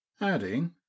adding